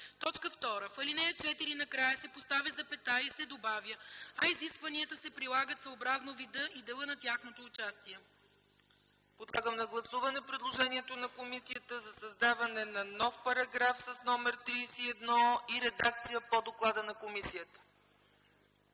вида”. 2. В ал. 4 накрая се поставя запетая и се добавя „а изискванията се прилагат съобразно вида и дела на тяхното участие”.” ПРЕДСЕДАТЕЛ ЦЕЦКА ЦАЧЕВА: Подлагам на гласуване предложението на комисията за създаване на нов параграф с номер 31 и редакция по доклада на комисията.